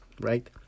right